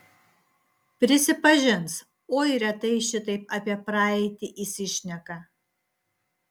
prisipažins oi retai šitaip apie praeitį įsišneka